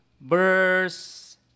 verse